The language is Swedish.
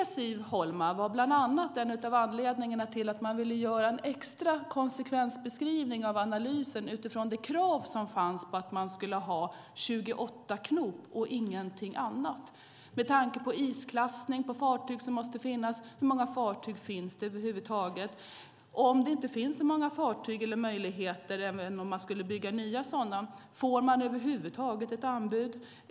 Det, Siv Holma, var bland annat en av anledningarna till att man ville göra en extra konsekvensbeskrivning av analysen utifrån det krav som fanns på att det skulle vara 28 knop och ingenting annat, med tanke på isklassning på fartyg och hur många fartyg det finns över huvud taget. Om det inte finns så många fartyg eller möjligheter att bygga nya, får man då över huvud taget ett anbud?